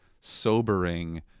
sobering